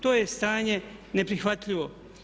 To je stanje neprihvatljivo.